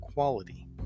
quality